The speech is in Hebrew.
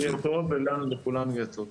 וגם לכולנו יהיה טוב.